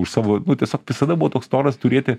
už savo nu tiesiog visada buvo toks noras turėti